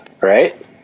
right